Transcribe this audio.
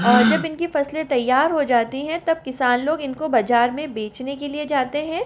और जब इनकी फसलें तैयार हो जाती हैं तब किसान लोग इनको बजार में बेचने के लिए जाते हैं